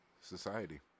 society